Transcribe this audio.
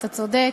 אתה צודק,